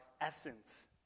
essence